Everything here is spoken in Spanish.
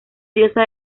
diosa